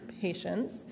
patients